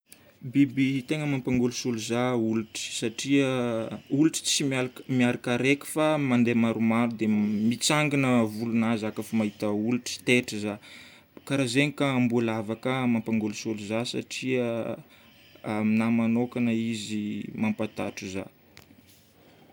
Biby tegna mampangolosolo zaho: olitra satria olitra tsy mialk- mialaka raiky fa mandeha maromaro dia mitsangana volon'ahy za koafa mahita olitra. Taitra zaho. Karan'zegny koa amboalava koa mampangolosolo zaho satria aminahy manokagna izy mampatahotra zaho.